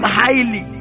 highly